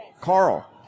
Carl